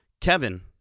Kevin